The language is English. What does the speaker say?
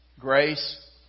Grace